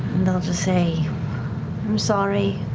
i'll just say i'm sorry.